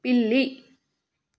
పిల్లి